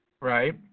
Right